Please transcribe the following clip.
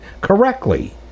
correctly